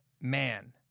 man